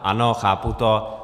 Ano, chápu to.